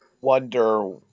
Wonder